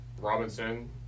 Robinson